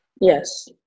Yes